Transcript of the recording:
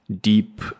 deep